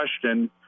question